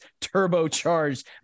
turbocharged